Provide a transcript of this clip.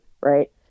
right